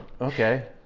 okay